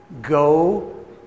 Go